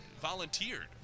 volunteered